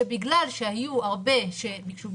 שבגלל שהיו הרבה שביקשו,